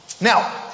Now